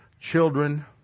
children